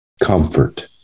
comfort